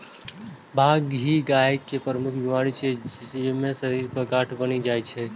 बाघी गाय के प्रमुख बीमारी छियै, जइमे शरीर पर गांठ बनि जाइ छै